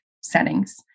settings